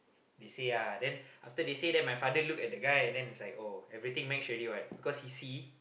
they say ah then after they say then my father look at the guy and then it's like oh everything match already what because he see